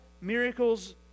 miracles